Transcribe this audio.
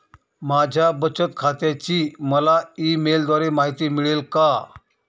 माझ्या बचत खात्याची मला ई मेलद्वारे माहिती मिळेल का?